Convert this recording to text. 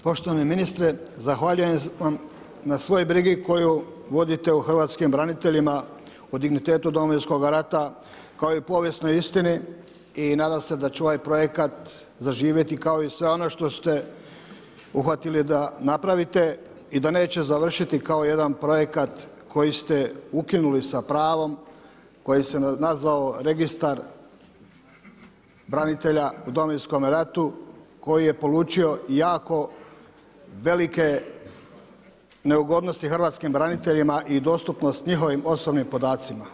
Poštovani ministre, zahvaljujem vam na svoj brizi koju vodite o hrvatskim branitelja, o dignitetu Domovinskog rata kao i povijesnoj istini i nadam se da će ovaj projekat zaživjeti kao i sve ono što ste uhvatili da napravite i da neće završiti kao jedan projekat koji ste ukinuli sa pravom koji se nazvao registar branitelja u Domovinskom ratu koji je polučio jako velike neugodnosti hrvatskim braniteljima i dostupnost njihovim osobnim podacima.